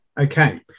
Okay